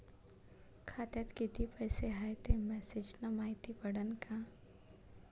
खात्यात किती पैसा हाय ते मेसेज न मायती पडन का?